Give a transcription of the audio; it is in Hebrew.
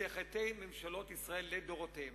זה חטאי ממשלות ישראל לדורותיהן.